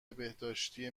بهداشتی